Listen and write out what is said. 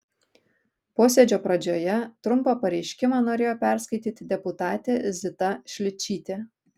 posėdžio pradžioje trumpą pareiškimą norėjo perskaityti deputatė zita šličytė